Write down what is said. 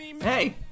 Hey